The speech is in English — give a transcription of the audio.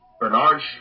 Bernard